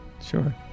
Sure